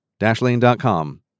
Dashlane.com